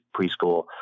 preschool